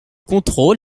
contrôle